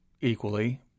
equally